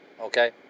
Okay